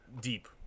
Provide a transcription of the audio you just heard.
deep